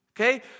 Okay